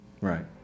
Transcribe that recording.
Right